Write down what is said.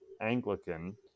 Anglican